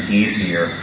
easier